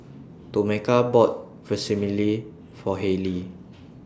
Tomeka bought Vermicelli For Halie